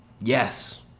yes